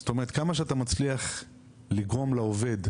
זאת אומרת כמה שאתה מצליח לגרום לעובד,